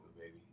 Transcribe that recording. baby